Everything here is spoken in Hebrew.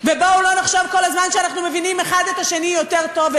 ובואו לא נחשוב כל הזמן שאנחנו מבינים האחד את השני יותר טוב.